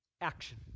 action